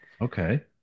okay